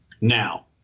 Now